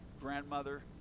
grandmother